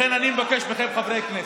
לכן, אני מבקש מכם, חברי הכנסת,